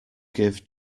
give